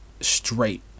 straight